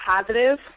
positive